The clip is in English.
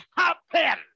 happen